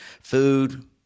Food